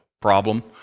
problem